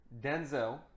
Denzel